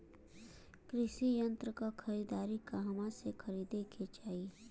कृषि यंत्र क खरीदारी कहवा से खरीदे के चाही?